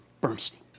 Bernstein